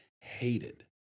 Hated